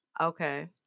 Okay